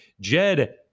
Jed